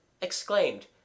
exclaimed